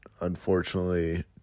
unfortunately